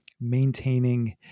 maintaining